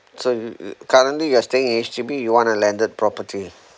so you you currently you are staying H_D_B you want a landed property